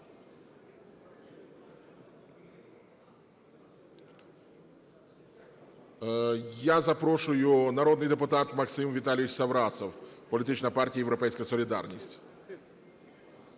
Я запрошую, народний депутат Максим Віталійович Саврасов, політична партія "Європейська солідарність".